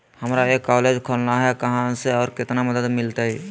हमरा एक कॉलेज खोलना है, कहा से और कितना मदद मिलतैय?